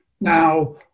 Now